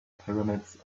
pyramids